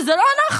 וזה לא אנחנו,